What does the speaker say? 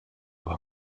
war